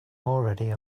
already